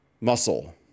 Muscle